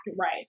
Right